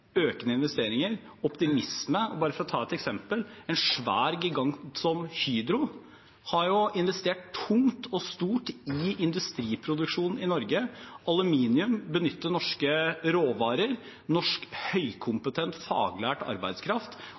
økende investeringer, optimisme – og bare for å ta et eksempel: En svær gigant som Hydro har investert tungt og stort i industriproduksjon i Norge, i aluminium, benytter norske råvarer, norsk høykompetent faglært arbeidskraft